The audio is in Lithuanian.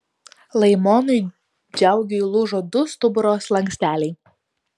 laimonui džiaugiui lūžo du stuburo slanksteliai